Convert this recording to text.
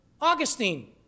Augustine